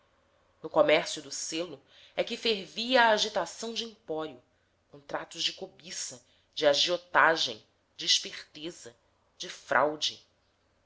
no comércio do selo é que fervia a agitação de empório contratos de cobiça de agiotagem de esperteza de fraude